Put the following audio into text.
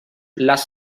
les